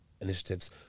initiatives